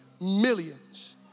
Millions